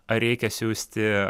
ar reikia siųsti